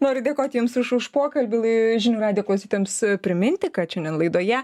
noriu dėkoti jums už už pokalbį žinių radijo klausytojams priminti kad šiandien laidoje